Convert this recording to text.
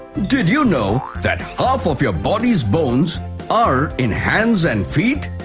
did you know that half of your body's bones are in hands and feet?